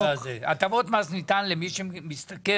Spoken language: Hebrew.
הטבות המס ניתנות למי שמשתכר